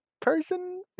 person